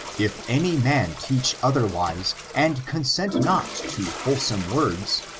if any man teach otherwise, and consent not to wholesome words,